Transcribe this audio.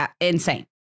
insane